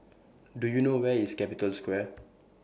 Do YOU know Where IS Capital Square